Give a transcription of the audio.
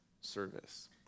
service